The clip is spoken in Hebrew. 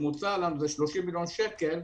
מוצע לנו 30 מיליון שקל,